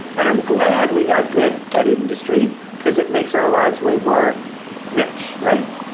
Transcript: and i'm glad we got good at industry because it makes our lives way more rich, right?